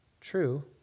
True